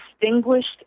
distinguished